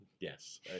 yes